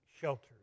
shelters